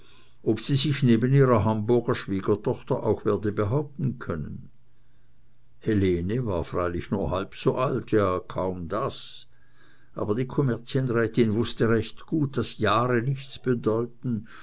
ob sie sich neben ihrer hamburger schwiegertochter auch werde behaupten können helene war freilich nur halb so alt ja kaum das aber die kommerzienrätin wußte recht gut daß jahre nichts bedeuten